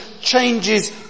changes